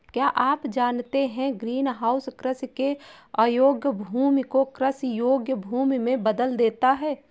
क्या आप जानते है ग्रीनहाउस कृषि के अयोग्य भूमि को कृषि योग्य भूमि में बदल देता है?